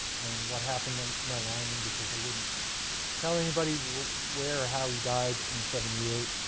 and what happened to mel lyman, because they wouldn't tell anybody where or how he died in seventy eight.